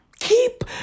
Keep